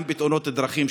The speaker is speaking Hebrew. גם בעניין תאונות הדרכים,